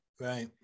Right